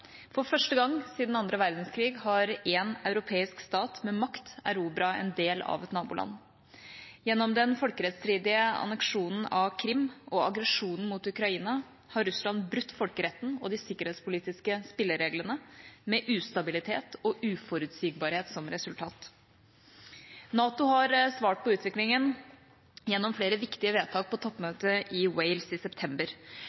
For første gang siden annen verdenskrig har en europeisk stat med makt erobret en del av et naboland. Gjennom den folkerettsstridige anneksjonen av Krim og aggresjonen mot Ukraina har Russland brutt folkeretten og de sikkerhetspolitiske spillereglene, med ustabilitet og uforutsigbarhet som resultat. NATO har svart på utviklinga gjennom flere viktige vedtak på